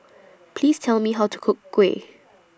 Please Tell Me How to Cook Kuih